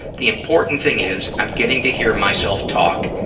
the important thing is, i'm getting to hear myself talk,